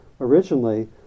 originally